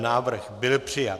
Návrh byl přijat.